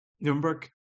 Nuremberg